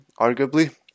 arguably